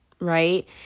right